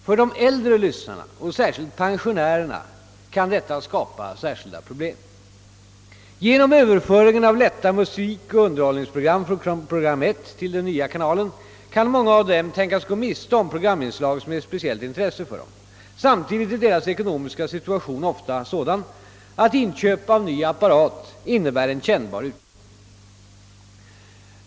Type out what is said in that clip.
För de äldre lyssnarna och särskilt pensionärerna kan detta skapa särskilda problem. Genom överföringen av lätta musikoch underhållningsprogram från program 1 till den nya kanalen kan många av dem tänkas gå miste om programinslag som är av speciellt intresse för dem. Samtidigt är deras ekonomiska situation ofta sådan att inköp av en ny apparat innebär en kännbar utgift.